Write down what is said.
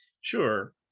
Sure